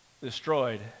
destroyed